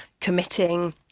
committing